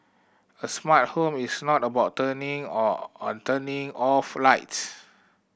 a smart home is not about turning on and turning off lights